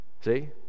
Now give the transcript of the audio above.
See